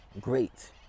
great